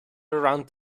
around